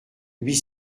huit